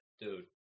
Dude